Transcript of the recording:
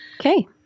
Okay